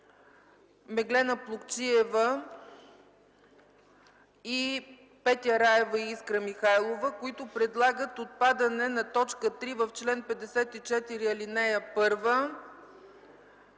Меглена Плугчиева, Петя Раева и Искра Михайлова, които предлагат отпадане на т. 3 в чл. 54, ал. 1.